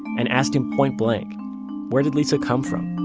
and asked him point blank where did lisa come from?